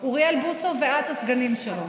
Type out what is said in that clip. הוא איש השנה ואת ואוריאל בוסו הסגנים שלו.